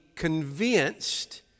convinced